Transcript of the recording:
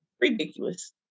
ridiculous